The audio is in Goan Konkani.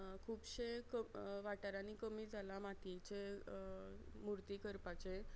खुबशे कम वाठारांनी कमी जालां मातयेचे मुर्ती करपाचें